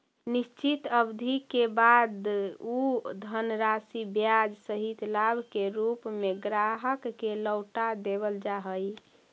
निश्चित अवधि के बाद उ धनराशि ब्याज सहित लाभ के रूप में ग्राहक के लौटा देवल जा हई